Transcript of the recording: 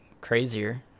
crazier